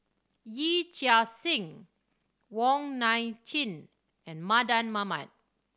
Yee Chia Hsing Wong Nai Chin and Mardan Mamat